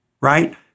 right